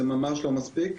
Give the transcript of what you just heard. זה ממש לא מספיק.